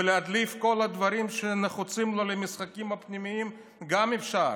ולהדליף את כל הדברים שנחוצים לו למשחקים הפנימיים גם אפשר.